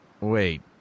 Wait